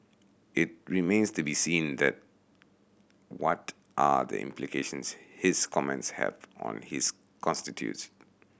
it remains to be seen that what are the implications his comments have on his constituents